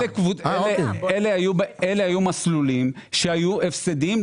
אלה היו מסלולים שהיו הפסדיים,